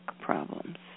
problems